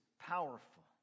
Powerful